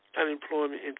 unemployment